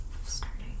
starting